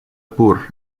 pur